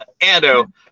Ando